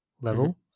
level